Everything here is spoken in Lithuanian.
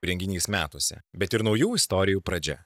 renginys metuose bet ir naujų istorijų pradžia